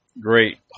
great